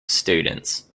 students